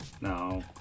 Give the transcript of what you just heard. no